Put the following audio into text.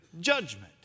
judgment